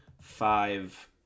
five